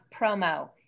promo